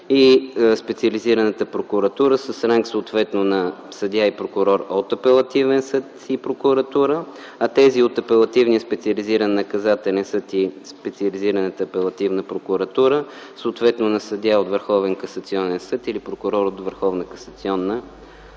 и специализираната прокуратура са с ранг съответно на съдия и прокурор от апелативен съд и прокуратура, а тези от Апелативния специализиран наказателен съд и Специализираната апелативна прокуратура - съответно на съдия от Върховен